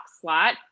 slot